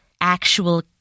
actual